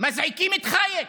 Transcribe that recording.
מזעיקים את חייק,